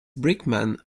brickman